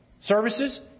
services